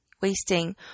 wasting